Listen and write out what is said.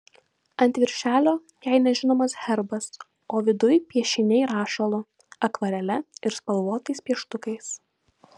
ant viršelio jai nežinomas herbas o viduj piešiniai rašalu akvarele ir spalvotais pieštukais